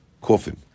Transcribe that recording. coffin